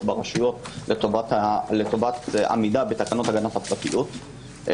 ברשויות לטובת עמידה בתקנות הגנת הפרטיות.